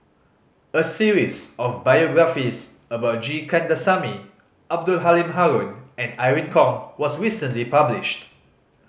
a series of biographies about G Kandasamy Abdul Halim Haron and Irene Khong was recently published